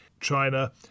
China